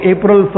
April